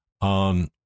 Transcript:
on